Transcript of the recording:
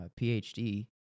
PhD